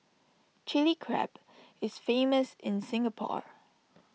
Chilli Crab is famous in Singapore